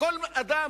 כל אדם,